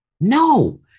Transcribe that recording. no